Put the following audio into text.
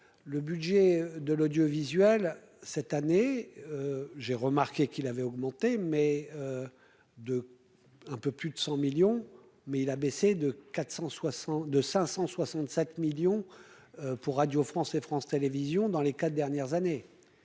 le budget de l'audiovisuel, cette année, j'ai remarqué qu'il avait augmenté, mais de un peu plus de 100 millions mais il a baissé de 462 565 millions pour Radio France et France Télévisions dans les 4 dernières années,